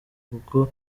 kuko